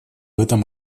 этом